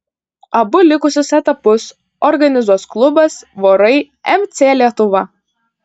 abu likusius etapus organizuos klubas vorai mc lietuva